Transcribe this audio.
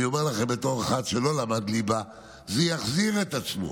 אני אומר לכם\ בתור אחד שלא למד ליבה: זה יחזיר את עצמו,